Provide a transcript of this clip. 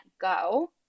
go